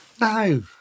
No